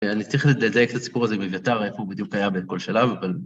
אני צריך לדייק קצת סיפור הזה מביתר, איך הוא בדיוק קיים בין כל שלב, אבל...